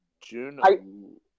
June